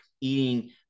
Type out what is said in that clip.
eating